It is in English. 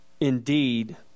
indeed